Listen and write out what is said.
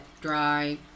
dry